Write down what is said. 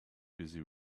busy